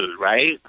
right